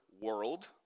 world